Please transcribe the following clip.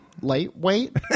lightweight